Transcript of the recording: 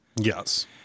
Yes